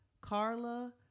carla